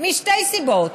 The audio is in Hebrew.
משתי סיבות: